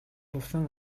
лувсан